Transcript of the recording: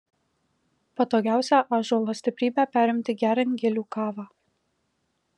patogiausia ąžuolo stiprybę perimti geriant gilių kavą